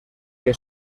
que